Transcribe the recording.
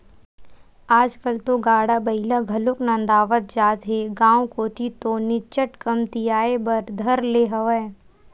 आजकल तो गाड़ा बइला घलोक नंदावत जात हे गांव कोती तो निच्चट कमतियाये बर धर ले हवय